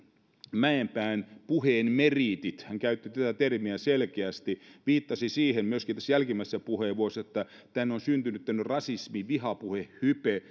mäenpään puheen meriiteistä hän käytti tätä termiä selkeästi viittasi siihen myöskin tässä jälkimmäisessä puheenvuorossa että tänne on syntynyt tämmöinen rasismi ja vihapuhehype